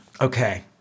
Okay